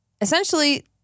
essentially